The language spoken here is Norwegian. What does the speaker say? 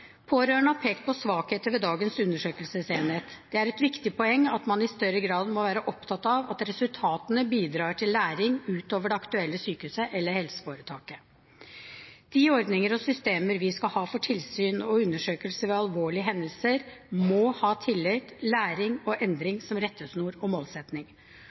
Pårørende har pekt på svakheter ved dagens undersøkelsesenhet. Det er et viktig poeng at man i større grad må være opptatt av at resultatene bidrar til læring utover det aktuelle sykehuset eller helseforetaket. De ordninger og systemer vi skal ha for tilsyn og undersøkelse ved alvorlige hendelser, må ha tillit, læring og endring som rettesnor og målsetting.